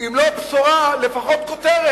אם לא בשורה, לפחות כותרת,